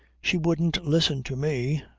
she wouldn't listen to me.